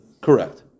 Correct